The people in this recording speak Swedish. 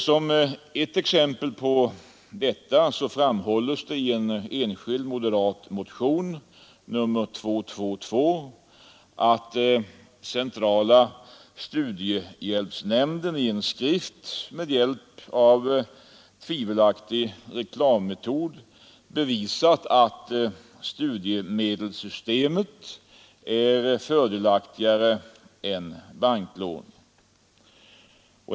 Som ett exempel på detta framhålls i den enskilda moderata motionen 222 att centrala studiehjälpsnämnden i en skrift med en tvivelaktig reklammetod bevisat att studiemedelssystemet är fördelaktigare än banklån.